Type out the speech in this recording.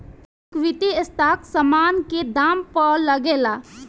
equity stock समान के दाम पअ लागेला